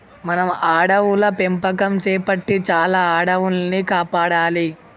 మనం అడవుల పెంపకం సేపట్టి చాలా అడవుల్ని కాపాడాలి